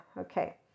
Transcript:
okay